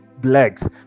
blacks